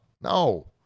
No